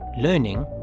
learning